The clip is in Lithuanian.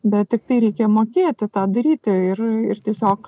bet tiktai reikia mokėti tą daryti ir ir tiesiog